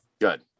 Good